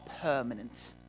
permanent